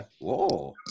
Whoa